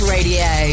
Radio